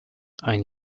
ein